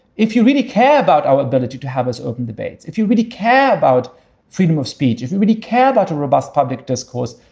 if you really care about our ability to have open debates, if you really care about freedom of speech, if you really care about a robust public discourse,